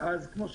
אז כמו שאמרתי,